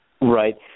Right